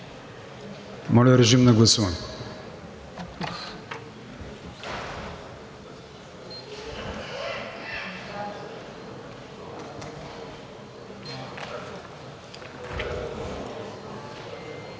Моля, режим на гласуване.